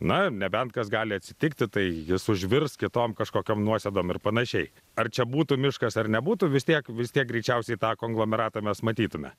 na nebent kas gali atsitikti tai jis užvirs kitom kažkokiom nuosėdom ir panašiai ar čia būtų miškas ar nebūtų vis tiek vis tiek greičiausiai tą konglomeratą mes matytume